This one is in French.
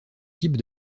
type